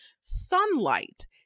sunlight